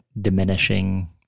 diminishing